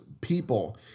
people